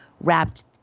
wrapped